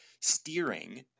steering